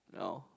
no